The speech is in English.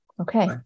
Okay